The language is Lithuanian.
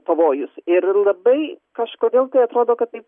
pavojus ir labai kažkodėl tai atrodo kad taip